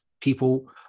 people